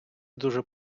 дуже